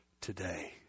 today